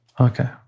Okay